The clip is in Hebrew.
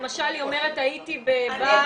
למשל, היא אומרת: "הייתי בר.."